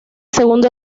segundo